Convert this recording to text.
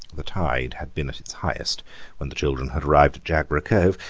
the tide had been at its highest when the children had arrived at jagborough cove,